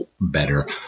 better